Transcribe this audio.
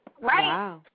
Right